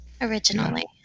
Originally